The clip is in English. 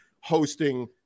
hosting